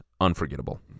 unforgettable